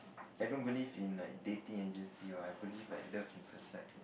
I don't believe in like dating and just see what happen If I had love in first sight